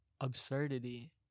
absurdity